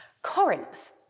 Corinth